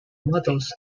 models